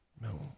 No